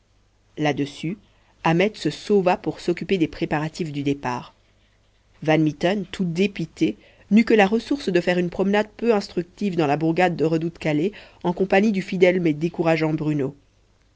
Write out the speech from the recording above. là-dessus ahmet se sauva pour s'occuper des préparatifs du départ van mitten tout dépité n'eut que la ressource de faire une promenade peu instructive dans la bourgade du redout kalé en compagnie du fidèle mais décourageant bruno